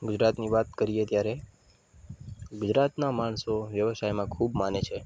ગુજરાતની વાત કરીએ ત્યારે ગુજરાતના માણસો વ્યવસાયમાં ખૂબ માને છે